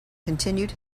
continued